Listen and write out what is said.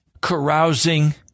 carousing